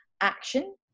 action